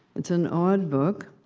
it's an odd book.